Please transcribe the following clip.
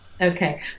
okay